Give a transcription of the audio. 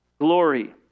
glory